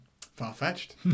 far-fetched